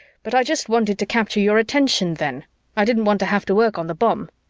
but i just wanted to capture your attention then i didn't want to have to work on the bomb.